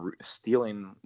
stealing